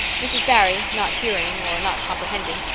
mrs. barry, not hearing or not comprehending,